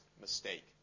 mistake